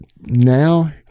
Now